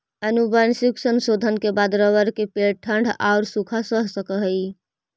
आनुवंशिक संशोधन के बाद रबर के पेड़ ठण्ढ औउर सूखा सह सकऽ हई